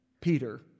Peter